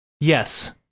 Yes